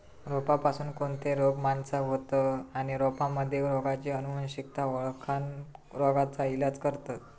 रोपांपासून कोणते रोग माणसाका होतं आणि रोपांमध्ये रोगाची अनुवंशिकता ओळखोन रोगाचा इलाज करतत